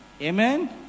Amen